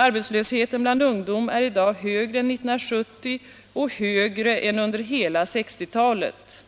Arbetslösheten bland ungdom är i dag högre än 1970 och högre än under hela 1960-talet.